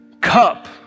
cup